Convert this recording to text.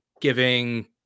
giving